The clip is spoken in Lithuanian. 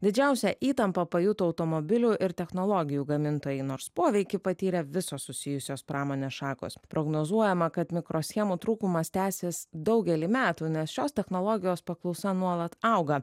didžiausią įtampą pajuto automobilių ir technologijų gamintojai nors poveikį patyrė visos susijusios pramonės šakos prognozuojama kad mikroschemų trūkumas tęsis daugelį metų nes šios technologijos paklausa nuolat auga